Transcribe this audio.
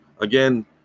Again